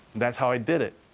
that's how i did it.